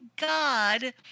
God